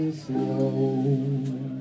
slow